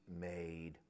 made